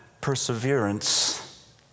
perseverance